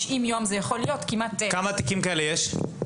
כמה תיקים כאלה יש?